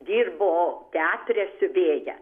dirbo teatre siuvėja